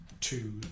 two